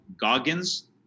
Goggins